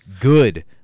Good